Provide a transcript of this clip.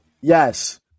Yes